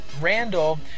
randall